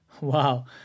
Wow